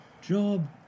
job